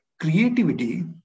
creativity